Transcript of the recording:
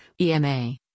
EMA